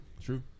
true